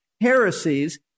heresies